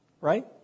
right